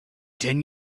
ten